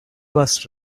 was